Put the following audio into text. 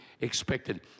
expected